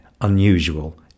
unusual